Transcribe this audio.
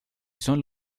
son